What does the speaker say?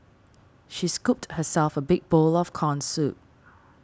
she scooped herself a big bowl of Corn Soup